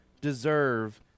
deserve